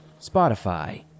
Spotify